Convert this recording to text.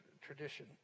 tradition